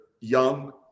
young